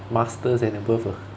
masters and above ah